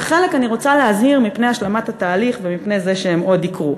ובחלק אני רוצה להזהיר מפני השלמת התהליך ומפני זה שהם עוד יקרו.